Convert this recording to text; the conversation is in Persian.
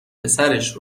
پسرش